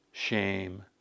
shame